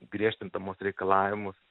griežtindamos reikalavimus